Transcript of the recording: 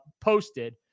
posted